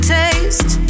taste